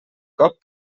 cop